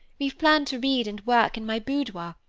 we've planned to read and work in my boudoir,